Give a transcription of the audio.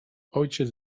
ojciec